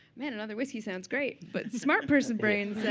man, another whiskey sounds great. but smart person brain